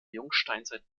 jungsteinzeit